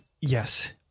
yes